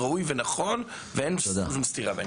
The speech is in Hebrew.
הזה הוא מנגנון ראוי ונכון ואין שום סתירה בעניין.